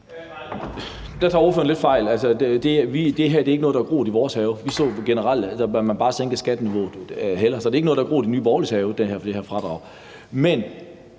Der tager ordføreren lidt fejl. Det her er ikke noget, der er groet i vores have. Vi så generelt hellere, at man bare sænkede skatteniveauet, så det her fradrag er ikke noget, der er groet i Nye Borgerliges have. Men realiteten